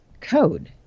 code